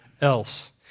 else